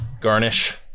garnish